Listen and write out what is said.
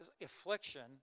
affliction